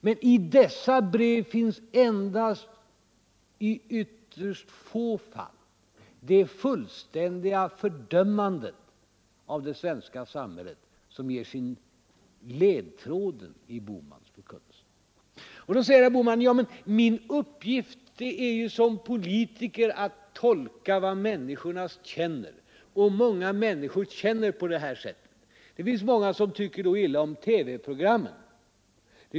Men i dessa brev finns endast i ytterst få fall det fullständiga fördömandet av det svenska samhället som är ledtråden i herr Bohmans förkunnelse. Då säger herr Bohman: Ja, men min uppgift som politiker är ju att tolka vad människorna känner, och många människor känner på det här sättet. Det finns många som tycker illa om TV-programmen.